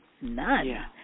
none